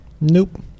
Nope